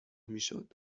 میشد